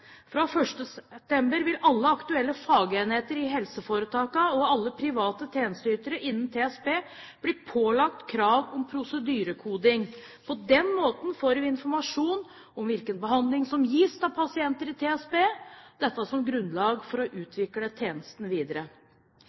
Fra 1. september vil alle aktuelle fagenheter i helseforetakene og alle private tjenesteytere innen TSB bli pålagt krav om prosedyrekoding. På den måten får vi informasjon om hvilken behandling som gis til pasienter i TSB, dette som grunnlag for å utvikle tjenesten videre.